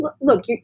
look